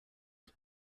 but